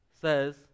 says